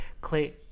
clay